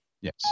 Yes